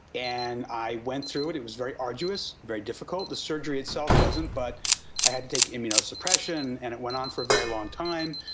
and i went through it, it was very arduous, very difficult. the surgery itself wasn't, but i had to take immunosuppression and it went on for a very long time.